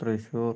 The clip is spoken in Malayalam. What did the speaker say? തൃശ്ശൂർ